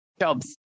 jobs